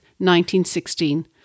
1916